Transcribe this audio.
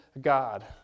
God